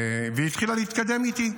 היא התחילה להתקדם איתי,